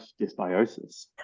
dysbiosis